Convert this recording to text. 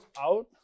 out